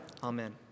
Amen